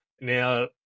Now